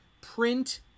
print